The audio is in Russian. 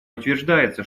утверждается